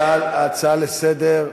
אני מבקש, ההצעה לסדר,